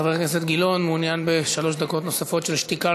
חבר הכנסת גילאון מעוניין בשלוש דקות נוספות של שתיקה,